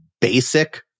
basic